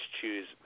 choose